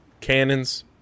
Cannons